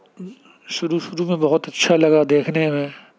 شروع شروع میں بہت اچھا لگا دیکھنے میں